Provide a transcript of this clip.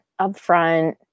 upfront